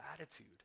attitude